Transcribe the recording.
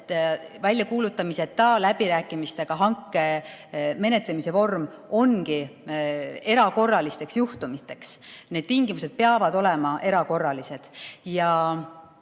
et väljakuulutamiseta läbirääkimistega hanke menetlemise vorm ongi erakorralisteks juhtumiteks. Need tingimused peavad olema erakorralised.